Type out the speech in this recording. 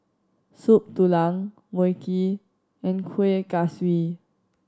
Soup Tulang Mui Kee and Kueh Kaswi